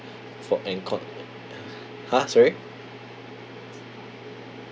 for and con~ !huh! sorry